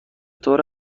طور